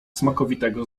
smakowitego